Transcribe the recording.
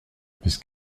bis